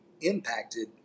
impacted